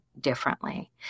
differently